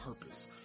purpose